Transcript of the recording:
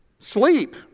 Sleep